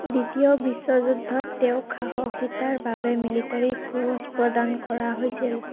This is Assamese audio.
দ্বিতীয় বিশ্বযুদ্ধত তেওঁক সাহসীতাৰ বাবে মিলিটাৰী ক্ৰছ প্ৰদান কৰা হৈছিল